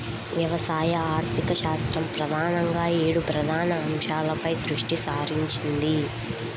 వ్యవసాయ ఆర్థికశాస్త్రం ప్రధానంగా ఏడు ప్రధాన అంశాలపై దృష్టి సారించింది